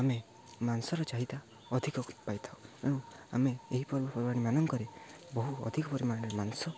ଆମେ ମାଂସର ଚାହିଦା ଅଧିକ ପାଇଥାଉ ତେଣୁ ଆମେ ଏହି ପର୍ବପର୍ବାଣି ମାନଙ୍କରେ ବହୁ ଅଧିକ ପରିମାଣରେ ମାଂସ